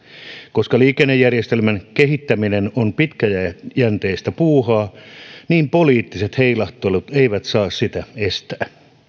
koska liikennejärjestelmän kehittäminen on pitkäjänteistä puuhaa niin poliittiset heilahtelut eivät saa sitä estää